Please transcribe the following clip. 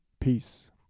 Peace